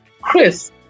chris